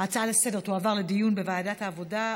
ההצעה לסדר-היום תועבר לדיון בוועדת העבודה,